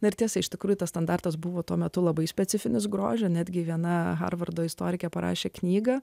mirties iš tikrųjų tas standartas buvo tuo metu labai specifinis grožio netgi viena harvardo istorikė parašė knygą